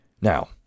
now